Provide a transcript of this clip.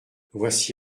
voici